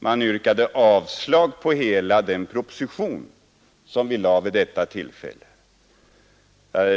Man yrkade ju då avslag på hela den proposition som vi lade fram vid detta tillfälle.